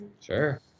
Sure